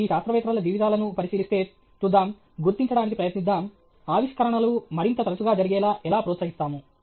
మీరు ఈ శాస్త్రవేత్తల జీవితాలను పరిశీలిస్తే చూద్దాం గుర్తించడానికి ప్రయత్నిద్దాం ఆవిష్కరణలు మరింత తరచుగా జరిగేలా ఎలా ప్రోత్సహిస్తాము